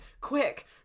quick